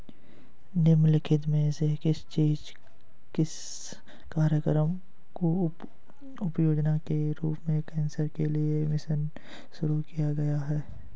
निम्नलिखित में से किस कार्यक्रम को उपयोजना के रूप में कैंसर के लिए राष्ट्रीय मिशन शुरू किया गया है?